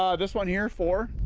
um this one here, four,